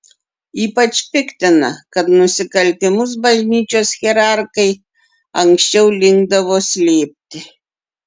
ypač piktina kad nusikaltimus bažnyčios hierarchai anksčiau linkdavo slėpti